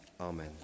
Amen